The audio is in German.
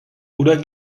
oder